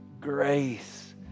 Grace